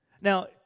Now